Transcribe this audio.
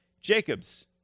Jacob's